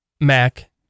Mac